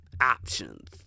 options